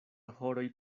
horoj